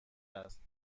است